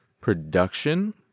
production